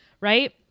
Right